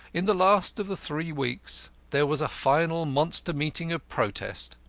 in the last of the three weeks there was a final monster meeting of protest.